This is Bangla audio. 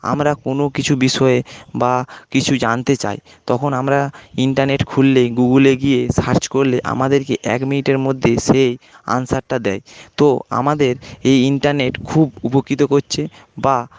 আমরা কোনো কিছু বিষয়ে বা কিছু জানতে চাই তখন আমরা ইন্টারনেট খুললে গুগুলে গিয়ে সার্চ করলে আমাদেরকে এক মিনিটের মধ্যে সে আন্সারটা দেয় তো আমাদের এই ইন্টারনেট খুব উপকৃত করছে বা